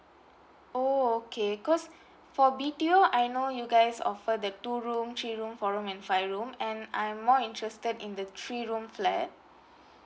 oh okay 'cos for B_T_O I know you guys offer the two room three room four room and five room and I'm more interested in the three room flat